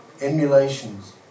emulations